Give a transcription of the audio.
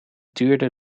tuurde